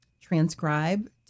transcribe